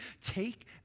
Take